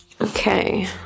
okay